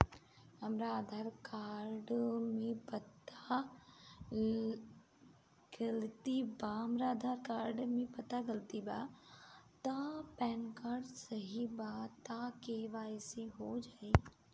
हमरा आधार कार्ड मे पता गलती बा त पैन कार्ड सही बा त के.वाइ.सी हो जायी?